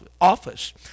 office